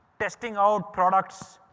testing out products,